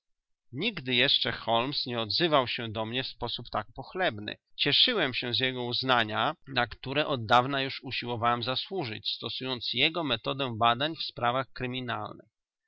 nigdy jeszcze holmes nie odzywał się do mnie w sposób tak pochlebny cieszyłem się z jego uznania na które oddawna już usiłowałem zasłużyć stosując jego metodę badań w sprawach kryminalnych